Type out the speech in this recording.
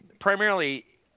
primarily